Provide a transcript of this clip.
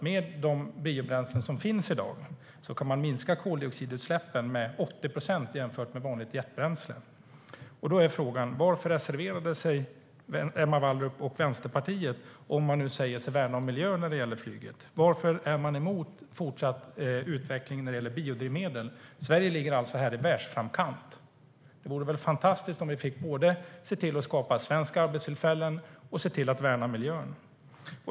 Med de biobränslen som finns i dag kan man minska koldioxidutsläppen med 80 procent jämfört med vanligt jetbränsle. Varför reserverade sig Emma Wallrup och Vänsterpartiet om man nu värnar miljön när det gäller flyget, som man säger sig göra? Varför är man emot fortsatt utveckling av biodrivmedel? Sverige ligger alltså i framkant i världen, och det vore väl fantastiskt om vi både kunde skapa svenska arbetstillfällen och värna miljön?